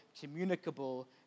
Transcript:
communicable